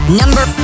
number